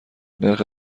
نرخ